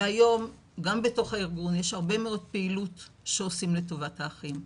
והיום גם בתוך הארגון יש הרבה מאוד פעילות שעושים לטובת האחים.